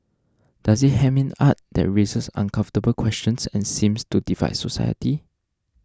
does it hem in art that raises uncomfortable questions and seems to divide society